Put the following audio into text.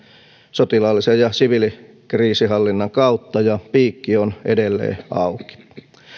sotilaallisen ja siviilikriisinhallinnan kautta ja piikki on edelleen auki